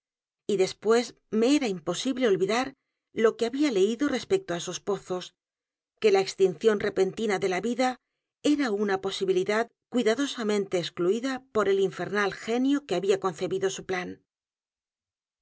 y después me era imposible olvidar lo que había leído respecto á esos pozos que la extinción repentina de la vida era u n a posibilidad cuidadosamente excluida por el infernal genio que había concebido su plan